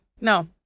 no